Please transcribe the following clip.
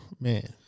Man